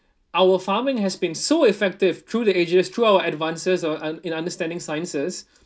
our farming has been so effective through the ages through our advances uh in understanding sciences